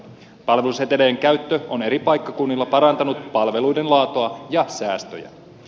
palveluseteleiden käyttö on eri paikkakunnilla parantanut palveluiden laatua ja säästöjä